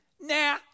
Nah